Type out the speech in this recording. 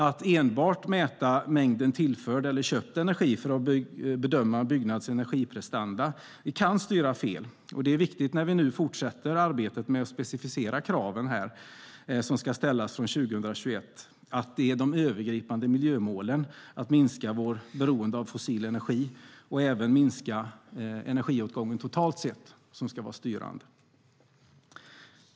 Att enbart mäta mängden tillförd eller köpt energi för att bedöma en byggnads energiprestanda kan styra fel, och det är viktigt när vi nu fortsätter arbetet med att specificera de krav som ska ställas från och med 2021 att det är de övergripande miljömålen, att minska vårt beroende av fossil energi och även minska energiåtgången totalt sett, som ska vara styrande.